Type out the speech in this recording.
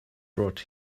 brought